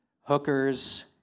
hookers